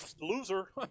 loser